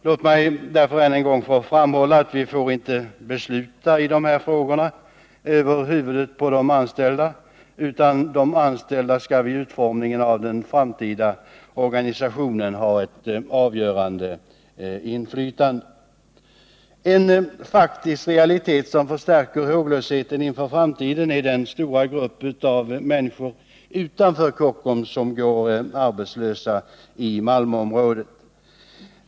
Låt mig därför än en gång få framhålla att vi inte får besluta i de här frågorna över huvudet på de anställda, utan de anställda skall vid utformningen av den framtida organisationen ha ett avgörange inflytande. En faktisk realitet som förstärker håglösheten inför framtiden är den stora grupp av människor utanför Kockums som går arbetslösa i Malmöområdet.